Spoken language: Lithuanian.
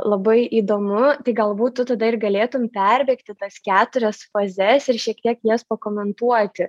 labai įdomu tai galbūt tu tada ir galėtum perbėgti tas keturias fazes ir šiek tiek jas pakomentuoti